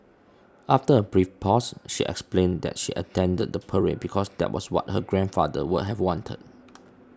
after a brief pause she explained that she attended the parade because that was what her grandfather would have wanted